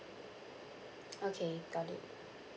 okay got it